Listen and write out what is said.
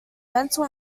mental